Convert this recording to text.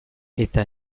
eta